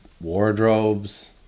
wardrobes